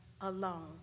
alone